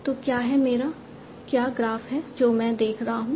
तो क्या है मेरा क्या ग्राफ है जो मैं देख रहा हूं